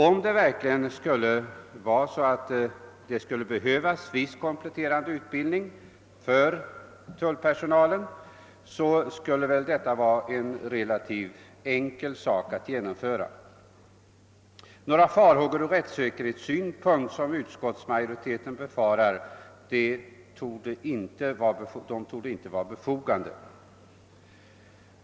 Om det verkligen skulle behövas viss kompletterande utbildning för tullpersonalen, skulle väl detta kunna vara en relativt enkel sak att genomföra. Några farhågor från rättssäkerhetssynpunkt, som utskottsmajoriteten befarar, torde inte vara befogade.